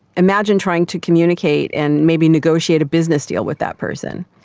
imagine trying to communicate and maybe negotiate a business deal with that person.